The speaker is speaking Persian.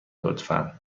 لطفا